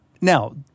Now